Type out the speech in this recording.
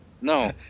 No